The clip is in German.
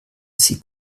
sieht